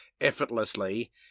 effortlessly